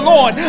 Lord